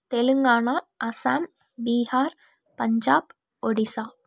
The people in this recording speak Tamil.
தெலுங்கானா அசாம் பீஹார் பஞ்சாப் ஒடிசா